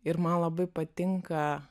ir man labai patinka